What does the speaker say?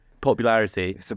Popularity